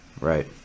right